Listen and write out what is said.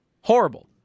Horrible